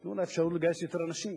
תנו לה אפשרות לגייס יותר אנשים,